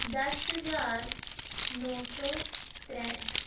ਦਸ ਹਜ਼ਾਰ ਨੌ ਸੌ ਤ੍ਰੇਹਠ